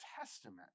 Testament